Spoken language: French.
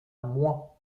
moi